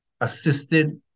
assisted